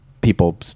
people